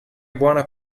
buona